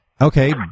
okay